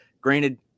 granted